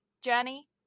journey